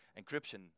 encryption